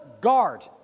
guard